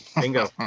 Bingo